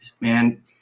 man